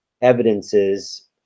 evidences